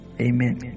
Amen